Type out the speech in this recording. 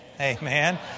Amen